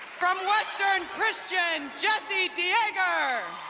from western christian, jessi de jager.